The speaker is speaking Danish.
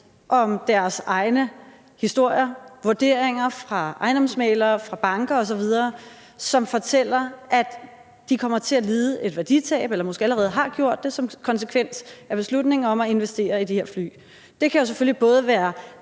om deres egne historier om vurderinger fra ejendomsmæglere og banker osv., som fortæller, at de kommer til at lide et værditab eller måske allerede har gjort det som konsekvens af beslutningen om at investere i de her fly. Det kan jo selvfølgelig både være